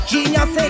Genius